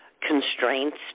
constraints